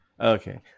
Okay